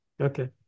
Okay